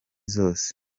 zose